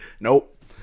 Nope